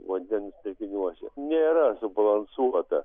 vandens telkiniuose nėra subalansuota